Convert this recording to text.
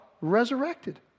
resurrected